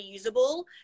reusable